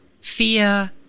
fear